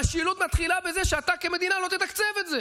המשילות מתחילה בזה שאתה כמדינה לא תתקצב את זה